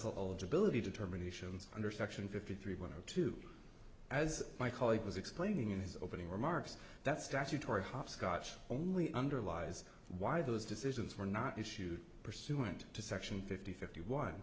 debility determinations under section fifty three one of two as my colleague was explaining in his opening remarks that statutory hopscotch only underlies why those decisions were not issued pursuant to section fifty fifty one